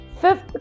Fifth